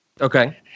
Okay